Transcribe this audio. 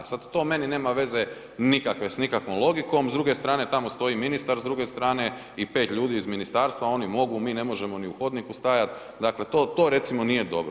Sada to meni nemam veze nikakve s nikakvom logikom S druge strane tamo stoji ministar, s druge strane i pet ljudi iz ministarstva, oni mogu, mi ne možemo ni u hodniku stajat, dakle to recimo nije dobro.